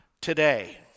today